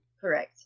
correct